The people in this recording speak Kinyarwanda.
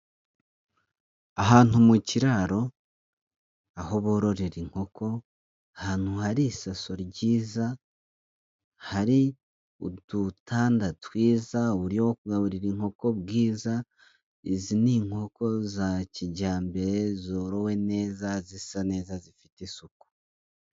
Ahantu mu kiraro aho bororera inkoko, ahantu hari isaso ryiza, hari udutanda twiza, uburyo bwo kugaburira inkoko bwiza, izi ni inkoko za kijyambere zorowe neza, zisa neza zifite isuku.